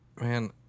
Man